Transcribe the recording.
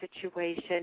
situation